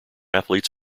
athletes